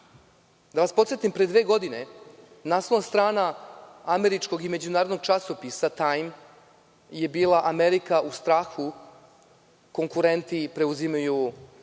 vas podsetim, pre dve godine naslovna strana američkog i međunarodnog časopisa „Time“ je bila - Amerika u strahu, konkurenti preuzimaju